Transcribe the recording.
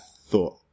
thought